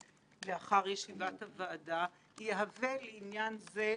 לכן לא ראינו שום מניעה לפרסם את הדוח בצורה הזאת.